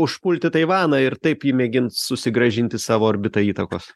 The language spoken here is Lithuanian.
užpulti taivaną ir taip ji mėgins susigrąžinti savo orbitą įtakos